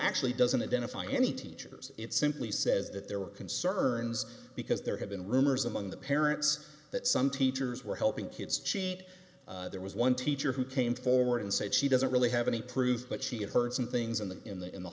actually doesn't a den of find any teachers it simply says that there were concerns because there had been rumors among the parents that some teachers were helping kids cheat there was one teacher who came forward and said she doesn't really have any proof but she had heard some things in the in the in the